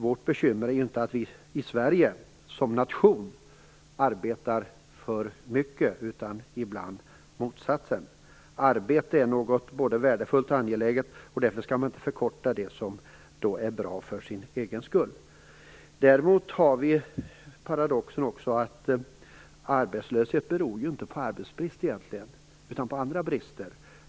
Vårt bekymmer i Sverige är ju inte att vi arbetar för mycket, snarare tvärtom. Arbete är något som är både värdefullt och angeläget. Därför skall man inte förkorta något som är bra för ens egen skull. Här finns också en annan paradox. Arbetslöshet beror ju egentigen inte på arbetsbrist utan på andra brister.